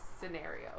scenario